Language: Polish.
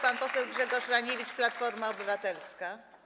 Pan poseł Grzegorz Raniewicz, Platforma Obywatelska.